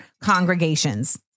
congregations